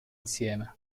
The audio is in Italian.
insieme